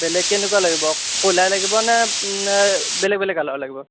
বেলেগ কেনেকুৱা লাগিব ক'লাই লাগিব নে নে বেলেগ বেলেগ কালাৰৰ লাগিব